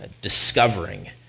discovering